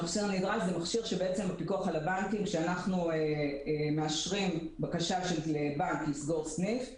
כאשר הפיקוח על הבנקים מאשר בקשה של בנק לסגור סניף,